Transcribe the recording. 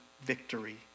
victory